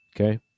okay